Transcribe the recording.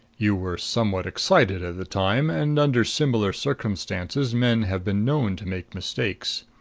you were somewhat excited at the time, and under similar circumstances men have been known to make mistakes.